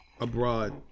abroad